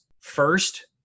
first